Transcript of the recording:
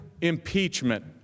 impeachment